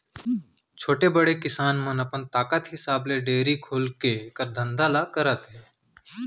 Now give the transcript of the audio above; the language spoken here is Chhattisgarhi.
छोटे, बड़े किसान मन अपन ताकत हिसाब ले डेयरी खोलके एकर धंधा ल करत हें